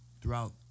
throughout